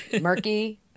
murky